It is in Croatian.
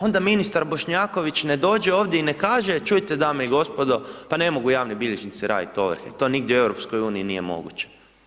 Onda ministar Bošnjaković ne dođe ovdje i ne kaže, čujte dame i gospodo pa ne mogu javni bilježnici raditi ovrhe, to nigdje u EU nije moguće.